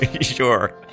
Sure